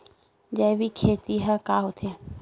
जैविक खेती ह का होथे?